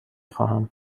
خواهم